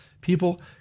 People